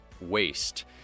waste